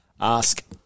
Ask